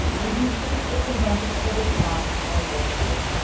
and if you think it's been bumpy for the song and its listeners,